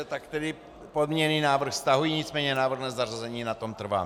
Tak tedy podmíněný návrh stahuji, nicméně návrh na zařazení, na tom trvám.